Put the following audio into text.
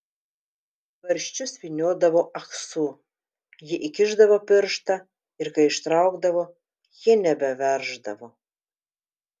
tvarsčius vyniodavo ahsu ji įkišdavo pirštą ir kai ištraukdavo jie nebeverždavo